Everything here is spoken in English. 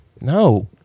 no